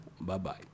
Bye-bye